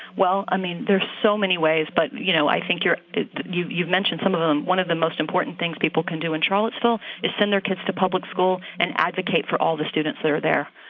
well, i mean, there's so many ways. but, you know, i think you're you've you've mentioned some of them. one of the most important things people can do in charlottesville is send their kids to public school and advocate for all the students that are there.